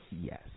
Yes